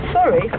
Sorry